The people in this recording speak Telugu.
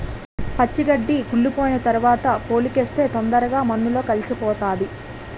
పచ్చి గడ్డి కుళ్లిపోయిన తరవాత పోలికేస్తే తొందరగా మన్నులో కలిసిపోతాది